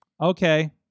okay